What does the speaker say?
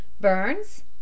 Burns